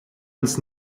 uns